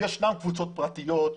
יש קבוצות פרטיות,